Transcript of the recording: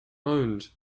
owned